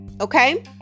okay